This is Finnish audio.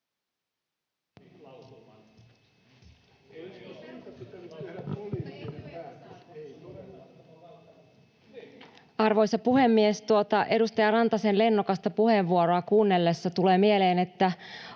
Arvoisa puhemies! Tuota edustaja Rantasen lennokasta puheenvuoroa kuunnellessa tulee mieleen, onko